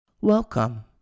Welcome